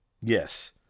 Yes